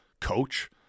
coach